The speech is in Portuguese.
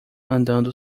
andando